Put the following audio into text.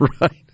right